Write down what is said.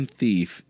thief